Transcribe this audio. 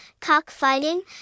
cockfighting